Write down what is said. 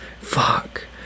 Fuck